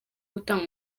gutanga